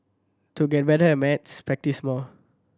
to get better at maths practise more